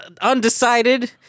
undecided